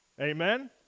Amen